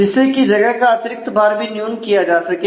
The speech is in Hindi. जिससे कि जगह का अतिरिक्त भार भी न्यून किया जा सके